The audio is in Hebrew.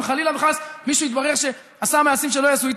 אם חלילה וחס יתברר שמישהו עשה מעשים שלא ייעשו,